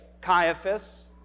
Caiaphas